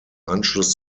anschluss